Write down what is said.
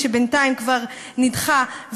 שבינתיים כבר נדחה,